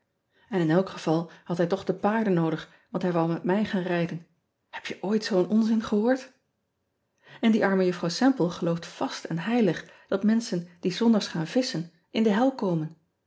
n ik elk geval had hij toch de paarden noodig want hij wou met mij gaan rijden eb je ooit zoo n onzin gehoord n die arme uffrouw emple gelooft vast en heilig dat menschen die s ondags gaan visschen in de hel komen